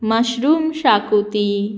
mushroom शाकुती